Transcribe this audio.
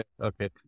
okay